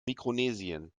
mikronesien